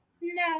no